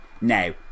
Now